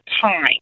time